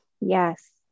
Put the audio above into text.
Yes